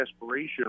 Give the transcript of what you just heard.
desperation